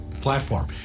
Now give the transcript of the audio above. platform